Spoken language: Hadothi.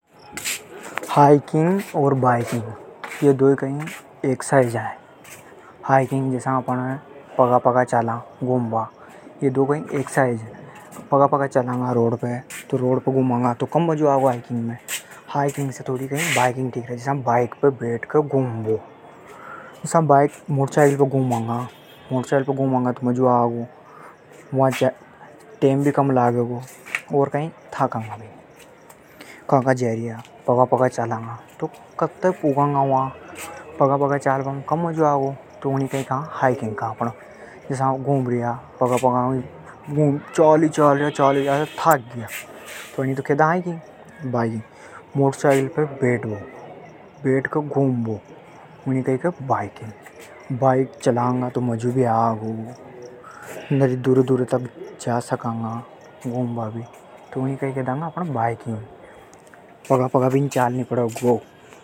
हाइकिंग और बाइकिंग। दोई कई हे एक्सरसाइजा हे। जसा रोड पे चाला पगा पगा तो वा कई हाइकिंग। अर बाइकिंग में कई हे बाइक पे बैठ के घूम बो। बाइकिंग में कई के टेम भी कम लागे। पगा चलबा में तो थाक जावा अपन। बाइक चलांगा तो मजो भी आगो।